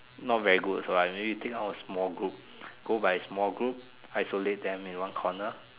not very good so I don't need to think out of small group go by small group isolate them in one corner